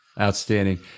Outstanding